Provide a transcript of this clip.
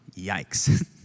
Yikes